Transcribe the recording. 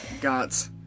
got